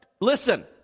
listen